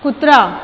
कुत्रा